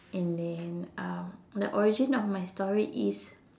and then um the origin of my story is